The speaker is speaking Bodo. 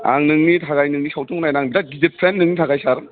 आं नोंनि थाखाय नोंनि सावथुनखौ नायना बिराद गिदिर फेन नोंनि थाखाय सार